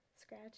Scratch